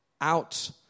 out